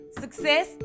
success